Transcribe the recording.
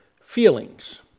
feelings